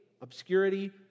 obscurity